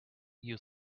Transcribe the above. you